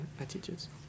attitudes